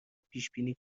پیشبینی